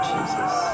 Jesus